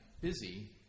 busy